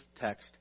text